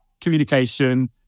communication